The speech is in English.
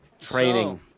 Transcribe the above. training